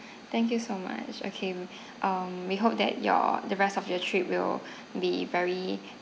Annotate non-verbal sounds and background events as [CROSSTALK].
thank you so much okay um we hope that your the rest of your trip will [BREATH] be very